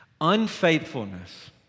Unfaithfulness